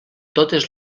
totes